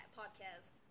podcast